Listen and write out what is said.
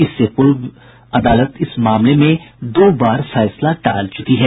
इससे पूर्व भी अदालत इस मामले में दो बार फैसला टाल चुकी है